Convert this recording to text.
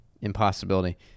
impossibility